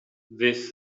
these